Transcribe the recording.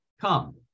come